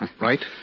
right